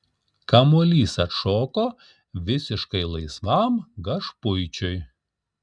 kamuolys atšoko visiškai laisvam gašpuičiui